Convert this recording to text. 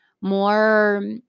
more